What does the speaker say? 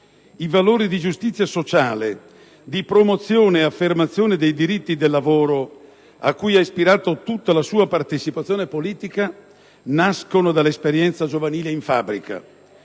I valori di giustizia sociale, di promozione e affermazione dei diritti del lavoro, a cui ha ispirato tutta la sua partecipazione politica, nascono dall'esperienza giovanile in fabbrica,